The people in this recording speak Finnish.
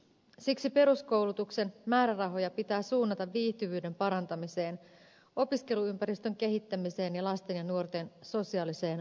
siksi peruskoulutuksen määrärahoja pitää suunnata viihtyvyyden parantamiseen opiskeluympäristön kehittämiseen ja lasten ja nuorten sosiaaliseen vahvistamiseen